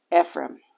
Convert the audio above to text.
Ephraim